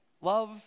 Love